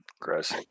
Gross